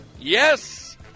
Yes